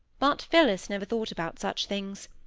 but phillis never thought about such things.